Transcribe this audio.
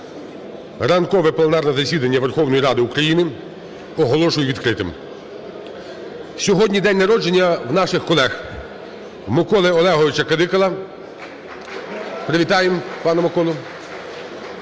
Ранкове пленарне засідання Верховної Ради України оголошую відкритим. Сьогодні день народження у наших колег: Миколи ОлеговичаКадикала. Привітаємо пана Миколу.